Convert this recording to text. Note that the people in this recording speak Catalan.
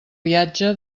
viatge